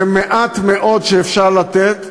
זה מעט מאוד שאפשר לתת,